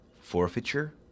forfeiture